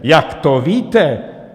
Jak to víte?